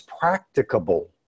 practicable